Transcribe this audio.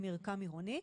למרקם עירוני,